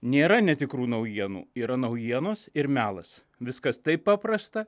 nėra netikrų naujienų yra naujienos ir melas viskas taip paprasta